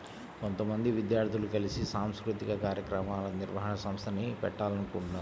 కొంతమంది విద్యార్థులు కలిసి సాంస్కృతిక కార్యక్రమాల నిర్వహణ సంస్థని పెట్టాలనుకుంటన్నారు